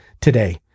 today